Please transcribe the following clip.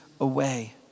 away